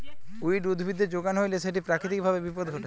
weed উদ্ভিদের যোগান হইলে সেটি প্রাকৃতিক ভাবে বিপদ ঘটায়